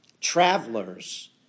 travelers